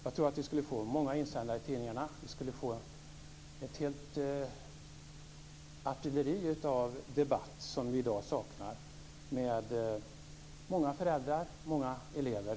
Jag tror att vi skulle få många insändare i tidningarna och ett helt artilleri av debatter, som vi i dag saknar, med många föräldrar och många elever.